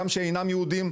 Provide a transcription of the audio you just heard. גם שאינם יהודים,